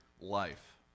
life